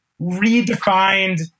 redefined